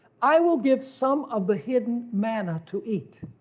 i will give some of the hidden manna to eat.